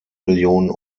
millionen